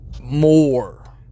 More